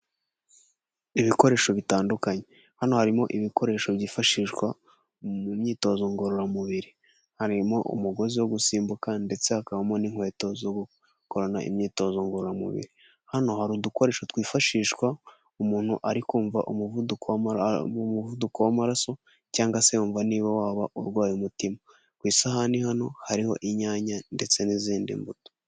Ibikoresho bitandukanye. Hano harimo ibikoresho byifashishwa mu myitozo ngororamubiri. Harimo umugozi wo gusimbuka ndetse hakabamo n'inkweto zo gukorana imyitozo ngororamubiri. Hano hari udukoresho twifashishwa umuntu ari kumva umuvuduko w'amara, umuvuduko w'amaraso cyanga se wumva niba waba urwaye umutima. Ku isahani hano hariho inyanya ndetse n'izindi mbuto.